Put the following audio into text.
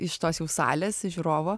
iš tos jų salės žiūrovo